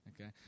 Okay